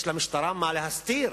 יש למשטרה מה להסתיר